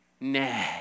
nah